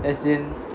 as in